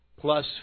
plus